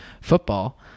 football